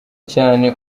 cyane